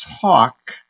talk